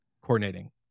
coordinating